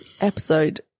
Episode